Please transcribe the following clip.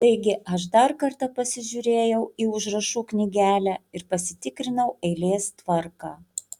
taigi aš dar kartą pasižiūrėjau į užrašų knygelę ir pasitikrinau eilės tvarką